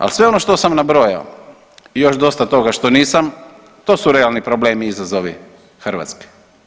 Ali sve ono što sam nabrojao i još dosta toga što nisam to su realni problemi, izazovi Hrvatske.